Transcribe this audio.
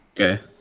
okay